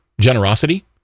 generosity